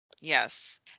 Yes